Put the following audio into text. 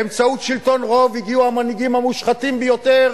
באמצעות שלטון רוב הגיעו המנהיגים המושחתים ביותר,